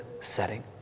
setting